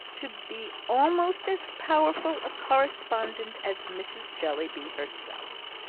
to be almost as powerful a correspondent as mrs. jellyby herself.